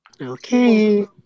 Okay